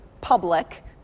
public